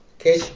Okay